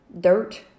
dirt